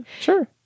sure